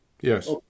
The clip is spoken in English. Yes